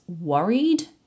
worried